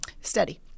steady